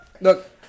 Look